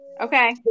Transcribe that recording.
okay